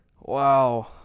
Wow